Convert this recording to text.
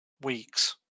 weeks